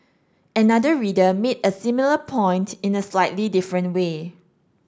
another reader made a similar point in a slightly different way